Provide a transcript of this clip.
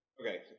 Okay